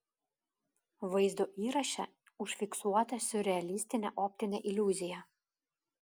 vaizdo įraše užfiksuota siurrealistinė optinė iliuzija